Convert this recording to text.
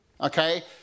okay